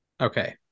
okay